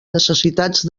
necessitats